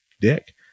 dick